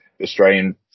Australian